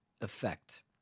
effect